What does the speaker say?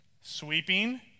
Sweeping